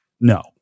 No